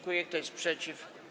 Kto jest przeciw?